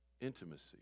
Intimacy